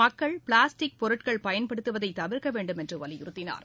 மக்கள் பிளாஸ்டிக் பொருட்கள் பயன்படுத்துவதை தவிர்க்க வேண்டுமென்று வலியுறுத்தினார்